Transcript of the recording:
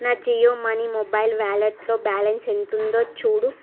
నా Jio money mobile వ్యాలెట్లో balance ఎంతుందో చూడు